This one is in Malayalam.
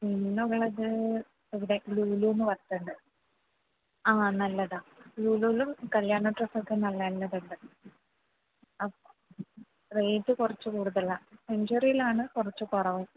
പിന്നെ ഉള്ളത് ഇവിടെ ലുലുന്ന് പറഞ്ഞിട്ട് ഉണ്ട് ആ നല്ലതാണ് ലുലുവിലും കല്യാണ ഡ്രസ്സൊക്കെ നല്ല നല്ലതുണ്ട് ആ റേറ്റ് കുറച്ച് കൂടുതലാണ് സെഞ്ച്വറിയിലാണ് കുറച്ച് കുറവ്